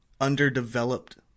underdeveloped